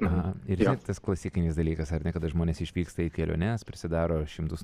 na ir vėl tas klasikinis dalykas ar ne kada žmonės išvyksta į keliones prisidaro šimtus